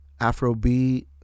Afrobeat